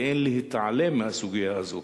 ואין להתעלם מהסוגיה הזאת.